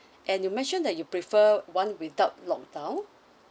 and you mentioned that you prefer one without locked down